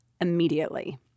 immediately